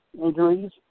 injuries